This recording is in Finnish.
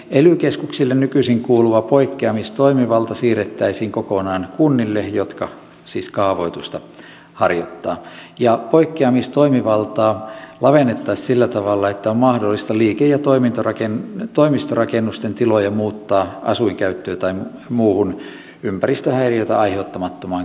ely keskuksille nykyisin kuuluva poikkeamistoimivalta siirrettäisiin kokonaan kunnille jotka siis kaavoitusta harjoittavat ja poikkeamistoimivaltaa lavennettaisiin sillä tavalla että on mahdollista liike ja toimistorakennusten tiloja muuttaa asuinkäyttöön tai muuhun ympäristöhäiriötä aiheuttamattomaan käyttöön